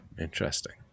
interesting